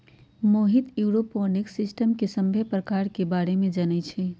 Mohit aeroponics system के सभ्भे परकार के बारे मे जानई छई